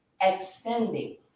extending